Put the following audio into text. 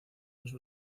dos